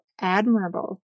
admirable